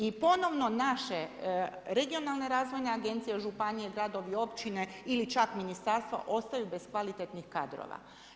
I ponovno naše regionalne razvoje agencije, županije, gradovi, općine ili čak ministarstva ostaju bez kvalitetnih kadrova.